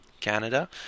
canada